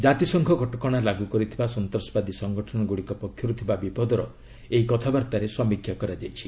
ଜାତିସଂଘ କଟକଣା ଲାଗୁ କରିଥିବା ସନ୍ତାସବାଦୀ ସଙ୍ଗଠନଗୁଡ଼ିକ ପକ୍ଷରୁ ଥିବା ବିପଦର ଏହି କଥାବାର୍ତ୍ତାରେ ସମୀକ୍ଷା କରାଯାଇଛି